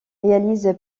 réalise